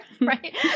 right